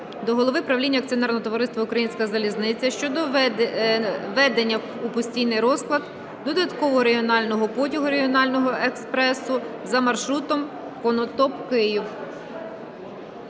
товариства "Українська залізниця" щодо введення у постійний розклад додаткового регіонального потягу (регіонального експресу) за маршрутом Конотоп-Київ.